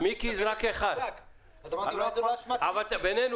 מאילו מדינות,